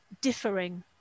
differing